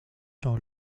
dans